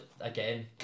again